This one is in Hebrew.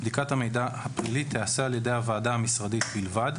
בדיקת המידע הפלילי תיעשה על ידי הוועדה המשרדית בלבד,